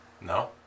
No